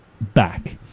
back